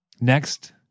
Next